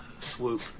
swoop